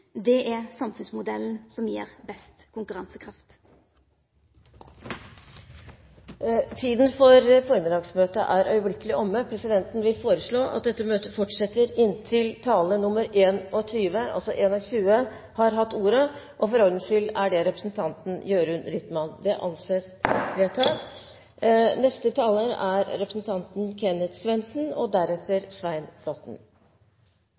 det er samfunnsmodellen som gir best konkurransekraft. Tiden for formiddagsmøtet er øyeblikkelig omme. Presidenten vil foreslå at dette møtet fortsetter inntil taler nr. 21 har hatt ordet. – Det anses vedtatt. For ordens skyld gjør jeg oppmerksom på at det er representanten Jørund Rytman. Under budsjettbehandlingen for 2011 prøvde både finanskomiteens leder, Torgeir Micaelsen, og